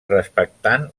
respectant